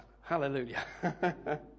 Hallelujah